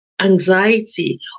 Anxiety